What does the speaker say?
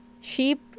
sheep